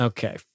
Okay